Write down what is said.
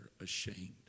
ashamed